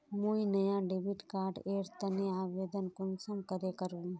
मुई नया debit card एर तने आवेदन कुंसम करे करूम?